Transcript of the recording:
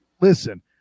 listen